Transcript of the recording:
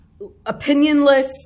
opinionless